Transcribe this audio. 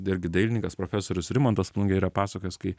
irgi dailininkas profesorius rimantas plungė yra pasakojęs kai